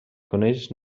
coneix